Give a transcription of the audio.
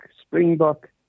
springbok